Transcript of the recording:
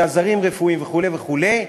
לעזרים רפואיים וכו' וכו'